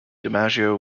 dimaggio